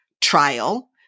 trial